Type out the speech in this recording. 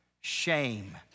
shame